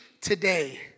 today